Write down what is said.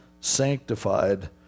sanctified